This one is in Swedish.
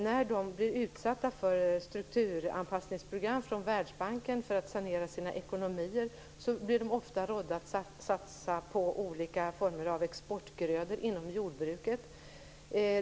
När de blir utsatta för strukturanpassningsprogram från Världsbanken för att sanera sina ekonomier får de ofta rådet att satsa på olika former av exportgrödor inom jordbruket.